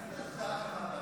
כאן.